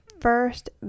first